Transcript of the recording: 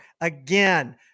again